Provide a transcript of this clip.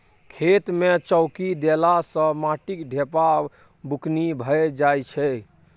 खेत मे चौकी देला सँ माटिक ढेपा बुकनी भए जाइ छै